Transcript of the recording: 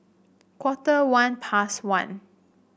quarter one past one